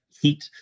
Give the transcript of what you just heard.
heat